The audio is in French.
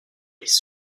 les